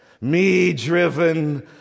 me-driven